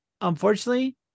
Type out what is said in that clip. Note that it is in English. unfortunately